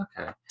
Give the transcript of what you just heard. Okay